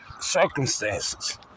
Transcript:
circumstances